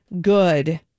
good